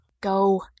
Go